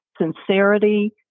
sincerity